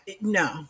no